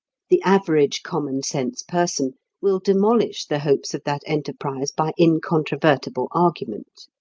the average common-sense person will demolish the hopes of that enterprise by incontrovertible argument.